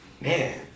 Man